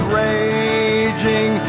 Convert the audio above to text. raging